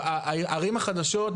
בערים החדשות,